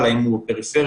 האם הוא פריפריה,